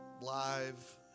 Live